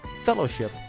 Fellowship